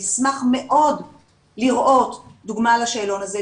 נשמח מאוד לראות דוגמה לשאלון הזה,